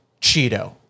Cheeto